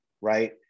right